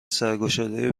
سرگشادهای